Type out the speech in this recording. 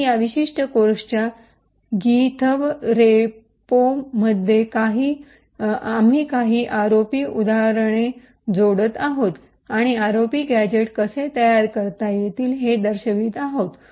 तर या विशिष्ट कोर्सच्या गीथब रेपोमध्ये आम्ही काही आरओपी उदाहरणे जोडत आहोत आणि आरओपी गॅझेट्स कसे तयार करता येतील हे दर्शवित आहोत